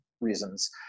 reasons